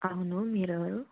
అవును మీరు ఎవరు